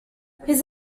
his